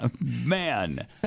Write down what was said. Man